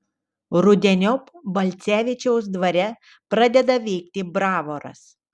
rudeniop balcevičiaus dvare pradeda veikti bravoras